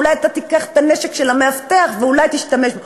אולי תיקח את הנשק של המאבטח ואולי תשתמש בו.